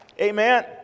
amen